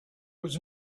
was